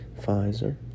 Pfizer